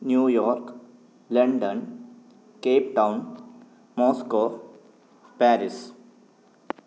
New York London Cape Town Moscow Paris